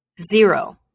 Zero